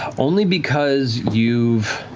only because you've